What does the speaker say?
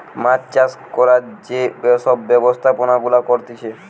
মাছ চাষ করার যে সব ব্যবস্থাপনা গুলা করতিছে